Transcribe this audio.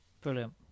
Brilliant